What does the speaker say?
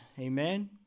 Amen